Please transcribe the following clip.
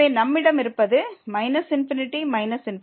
எனவே நம்மிடம் இருப்பது −∞−∞